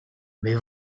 mais